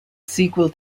sequel